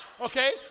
Okay